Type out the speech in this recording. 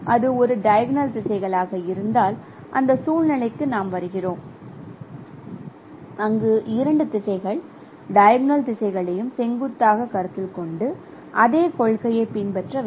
அது ஒரு டைகோனல் திசைகளாக இருந்தால் அந்த சூழ்நிலைக்கு நாம் வருகிறோம் அங்கு இரண்டு திசைகள் டைகோனல் திசைகளையும் செங்குத்தாகக் கருத்தில் கொண்டு அதே கொள்கையைப் பின்பற்ற வேண்டும்